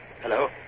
Hello